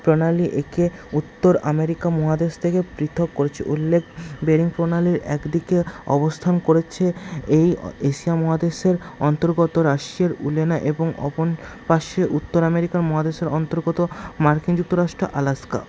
প্রণালী একে উত্তর আমেরিকা মহাদেশ থেকে পৃথক করেছে উল্লেখ বেরিং প্রণালীর একদিকে অবস্থান করেছে এই এশিয়া মহাদেশের অন্তর্গত রাশিয়ার উলেনা এবং অপর পাশে উত্তর আমেরিকা মহাদেশের অন্তর্গত মার্কিন যুক্তরাষ্ট্র আলাস্কা